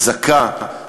חזקה, דמוקרטית,